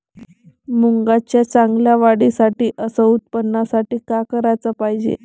मुंगाच्या चांगल्या वाढीसाठी अस उत्पन्नासाठी का कराच पायजे?